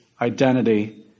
identity